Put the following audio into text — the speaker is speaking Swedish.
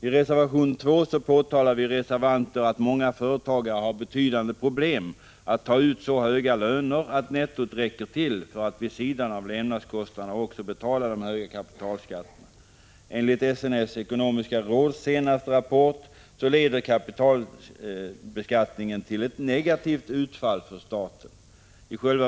I reservation 2 påtalar vi reservanter att många företagare har betydande problem med att ta ut så höga löner att nettot räcker till för att utöver levnadskostnaderna också betala de höga kapitalskatterna. Enligt SNS ekonomiska råds senaste rapport leder kapitalbeskattningen till ett negativt utfall för staten.